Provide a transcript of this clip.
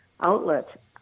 outlet